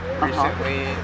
recently